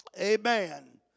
Amen